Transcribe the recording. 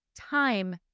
time